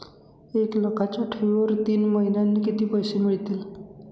एक लाखाच्या ठेवीवर तीन महिन्यांनी किती पैसे मिळतील?